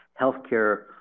healthcare